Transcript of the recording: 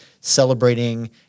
celebrating